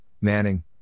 manning